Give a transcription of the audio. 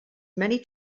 many